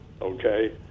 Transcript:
Okay